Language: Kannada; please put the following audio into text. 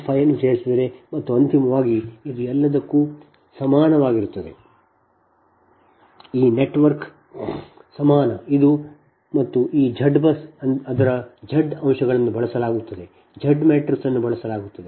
5 ಅನ್ನು ಸೇರಿಸಿದರೆ ಮತ್ತು ಅಂತಿಮವಾಗಿ ಇದು ನಿಜಕ್ಕೂ ಸಮಾನವಾಗಿರುತ್ತದೆ ಈ ನೆಟ್ವರ್ಕ್ ಸಮಾನ ಇದು ಮತ್ತು ಈ Z BUS ಅದರ Z ಅಂಶಗಳನ್ನು ಬಳಸಲಾಗುತ್ತದೆ Z ಮ್ಯಾಟ್ರಿಕ್ಸ್ ಅನ್ನು ಬಳಸಲಾಗುತ್ತದೆ